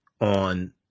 on